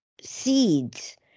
seeds